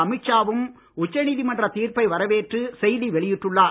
அமீத் ஷா வும் உச்சநீதிமன்றத் தீர்ப்பை வரவேற்று செய்தி வெளியிட்டுள்ளார்